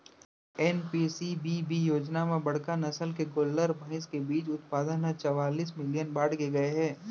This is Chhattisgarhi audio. एन.पी.सी.बी.बी योजना म बड़का नसल के गोल्लर, भईंस के बीज उत्पाउन ह चवालिस मिलियन बाड़गे गए हे